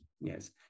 Yes